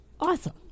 Awesome